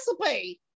recipe